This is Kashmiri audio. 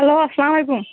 ہیلو اسلام علیکم